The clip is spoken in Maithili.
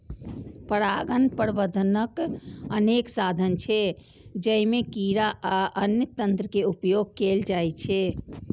परागण प्रबंधनक अनेक साधन छै, जइमे कीड़ा आ अन्य तंत्र के उपयोग कैल जाइ छै